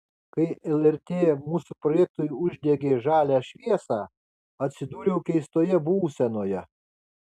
kai lrt mūsų projektui uždegė žalią šviesą atsidūriau keistoje būsenoje